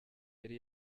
yari